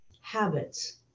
habits